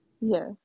Yes